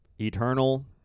eternal